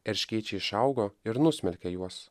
erškėčiai išaugo ir nusmelkė juos